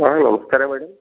hello ನಮಸ್ಕಾರ madam